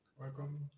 welcome